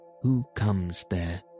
who-comes-there